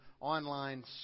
online